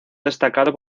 destacado